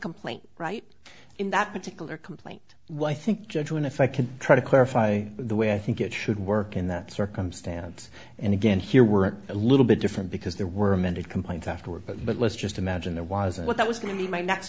complaint right in that particular complaint well i think judgment if i can try to clarify the way i think it should work in that circumstance and again here were a little bit different because there were amended complaint afterward but but let's just imagine there was a what was going to be my next